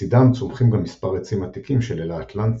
בצידם צומחים גם מספר עצים עתיקים של אלה אטלנטית,